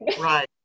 right